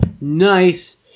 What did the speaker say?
Nice